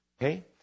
Okay